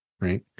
right